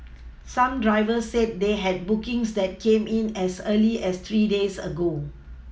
some drivers said they had bookings that came in as early as three days ago